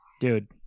Dude